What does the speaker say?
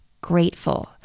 grateful